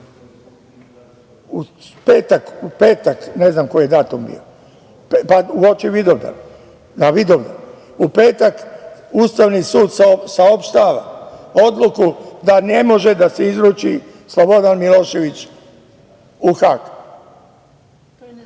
U petak, ne znam koji je datum bio, uoči Vidovdana. U petak Ustavni sud saopštava odluku da ne može da se izruči Slobodan Milošević u